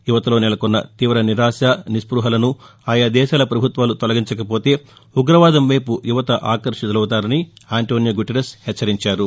యువతలో నెలకొన్న తీవ నిరాశ నిస్తృహలను ఆయా దేశాల ప్రభుత్వాలు తొలగించకపోతే ఉగ్రవాదం వైపు యువత ఆకర్షితులవుతారని ఆంటోనియో గ్యుటెర్రస్ హెచ్చరించారు